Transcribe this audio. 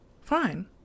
Fine